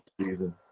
season